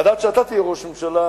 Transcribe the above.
אז שאתה תהיה ראש ממשלה,